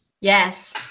Yes